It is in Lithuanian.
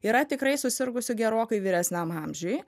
yra tikrai susirgusių gerokai vyresniam amžiui